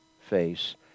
face